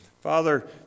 father